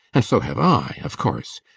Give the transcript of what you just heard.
and so have i of course.